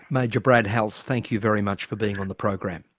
major brad halse thank you very much for being on the program.